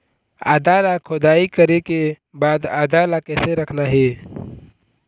आदा ला खोदाई करे के बाद आदा ला कैसे रखना हे?